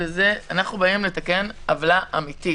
לתקן עוולה אמיתית.